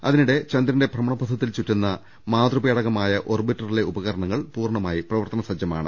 അതി നിടെ ചന്ദ്രന്റെ ഭ്രമണപഥത്തിൽ ചുറ്റുന്ന മാതൃപേടകമായ ഓർബി റ്റിലെ ഉപകരണങ്ങൾ പൂർണ്ണമായി പ്രവർത്തന സജ്ജമാണ്